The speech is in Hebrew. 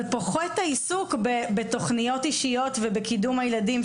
אבל פוחת העיסוק בתוכניות אישיות ובקידום הילדים,